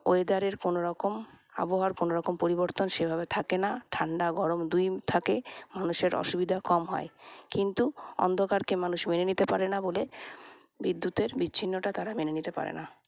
ওয়েদারের কোনোরকম আবহাওয়ার কোনোরকম পরিবর্তন সেভাবে থাকেনা ঠাণ্ডা গরম দুই থাকে মানুষের অসুবিধা কম হয় কিন্তু অন্ধকারকে মানুষ মেনে নিতে পারেনা বলে বিদ্যুতের বিচ্ছিন্নতা তারা মেনে নিতে পারেনা